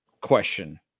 question